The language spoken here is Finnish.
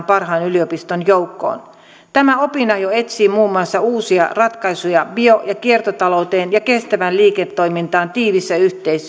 parhaan yliopiston joukkoon tämä opinahjo etsii muun muassa uusia ratkaisuja bio ja kiertotalouteen ja kestävään liiketoimintaan tiiviissä